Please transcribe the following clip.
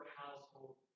household